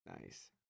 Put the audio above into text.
Nice